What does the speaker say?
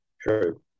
True